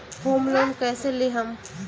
Home loan कैसे लेहम?